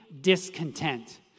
discontent